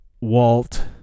Walt